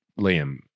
Liam